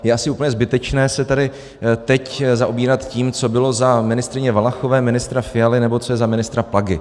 Je asi úplně zbytečné se tady teď zaobírat tím, co bylo za ministryně Valachové, ministra Fialy nebo co je za ministra Plagy.